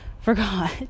forgot